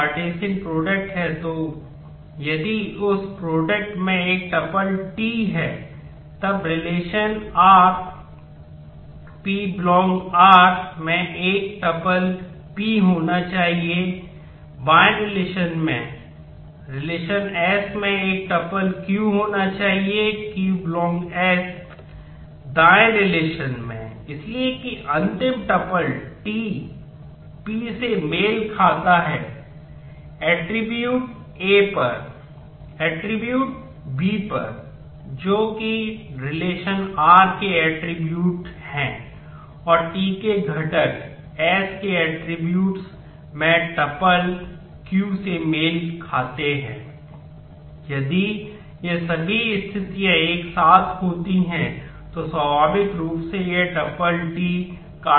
Cartesian product q से मेल खाते हैं यदि ये सभी स्थितियां एक साथ होती हैं तो स्वाभाविक रूप से यह टपल है